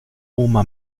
oma